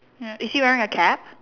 mm is he wearing a cap